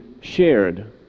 shared